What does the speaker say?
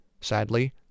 Sadly